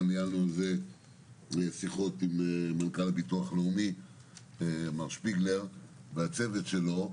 גם ניהלנו שיחות עם מנכ"ל הביטוח הלאומי מר שפיגלר והצוות שלו.